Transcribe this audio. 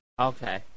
Okay